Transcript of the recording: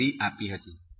ની ડિગ્રી આપી હતી